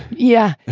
yeah,